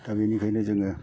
दा बिनिखायनो जोङो